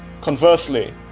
Conversely